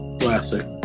Classic